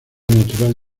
natural